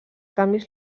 canvis